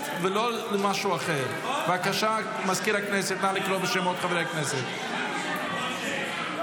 חבר הכנסת קלנר, אם כן, חברי הכנסת עוברים להצבעה.